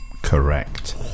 Correct